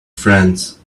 friends